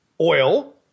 oil